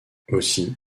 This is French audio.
aussi